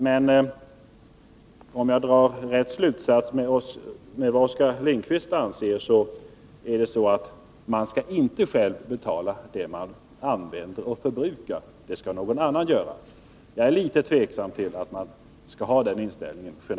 Men om jag drar rätt slutsats av det som Oskar Lindkvist anser, är tanken den att man inte själv skall betala det som man förbrukar, utan det skall någon annan göra. Jag är generellt sett litet tveksam till den inställningen.